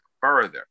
further